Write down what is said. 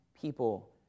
people